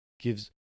gives